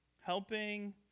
Helping